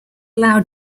allow